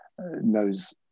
knows